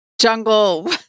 Jungle